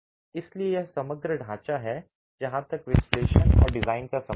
इसलिए यह समग्र ढांचा है जहां तक विश्लेषण और डिजाइन का संबंध है